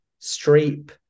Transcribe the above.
Streep